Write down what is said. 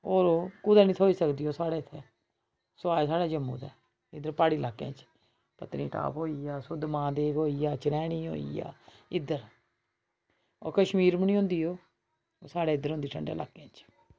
होर ओह् कुदै नी थ्होई सकदी ओह् साढ़ै इत्थै सुआए साढ़े जम्मू दे इद्धर प्हाड़ी लाकें च पत्नीटाप होई गेआ सुद्ध महादेव होई गेआ चनैनी होई गेआ इद्धर ओह् कश्मीर बी नी होंदी ओह् ओह् साढ़ै इद्धर होंदी ठंडे लाकें च